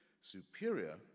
superior